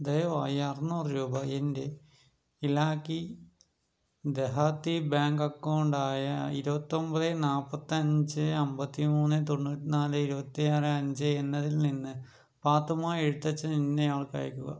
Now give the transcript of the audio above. ദയവായി അറുന്നൂറ് രൂപ എൻ്റെ ഇലാക്കി ദെഹാതി ബാങ്ക് അക്കൗണ്ടായ ഇരുപത്തൊമ്പത് നാൽപ്പത്തഞ്ച് അമ്പത്തിമൂന്ന് തൊണ്ണൂറ്റിന്നാല് ഇരുപത്തിയാറ് അഞ്ച് എന്നതിൽ നിന്ന് പാത്തുമ്മ എഴുത്തച്ഛൻ എന്നയാൾക്ക് അയക്കുക